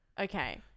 Okay